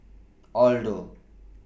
Aldo